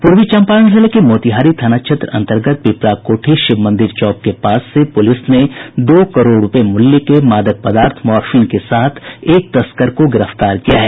पूर्वी चंपारण जिले के मोतिहारी थाना क्षेत्र अंतर्गत पिपराकोठी शिव मंदिर चौक के पास से पूलिस ने दो करोड़ रूपये मूल्य के मादक पदार्थ मॉर्फीन के साथ एक तस्कर को गिरफ्तार किया है